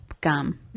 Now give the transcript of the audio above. Gum